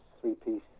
three-piece